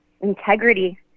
integrity